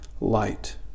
light